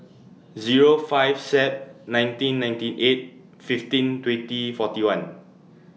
Zero five Sep nineteen ninety eight fifteen twenty forty one